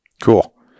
Cool